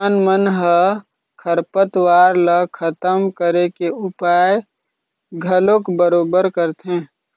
किसान मन ह खरपतवार ल खतम करे के उपाय घलोक बरोबर करथे